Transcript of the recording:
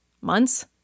months